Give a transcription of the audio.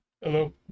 Hello